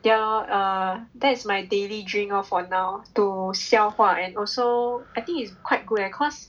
ya lor err that's my daily drink lor for now to 消化 and also I think is quite good eh cause